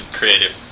creative